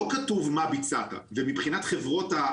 לא כתוב מה ביצעת ומבחינת החברות.